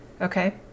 Okay